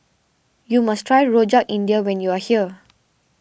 you must try Rojak India when you are here